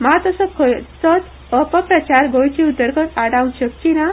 मात असो खंयचोच अपप्रचार गोंयची उदरगत आडावंक शकची ना